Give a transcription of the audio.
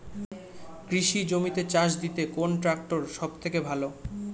কৃষি জমিতে চাষ দিতে কোন ট্রাক্টর সবথেকে ভালো?